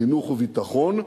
חינוך וביטחון.